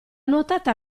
nuotata